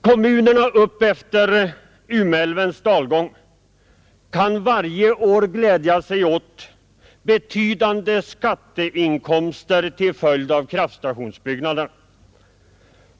Kommunerna upp efter Umeälvens dalgång kan glädja sig åt betydande skatteinkomster till följd av kraftstationsbyggnaderna.